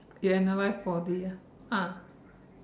you analyse four D ah !huh!